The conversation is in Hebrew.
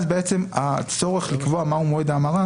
אז בעצם הצורך לקבוע מהו מועד ההמרה,